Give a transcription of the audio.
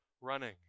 running